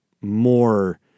more